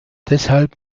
deshalb